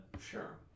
Sure